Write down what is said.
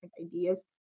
ideas